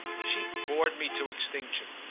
she bored me to extinction,